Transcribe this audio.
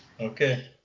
Okay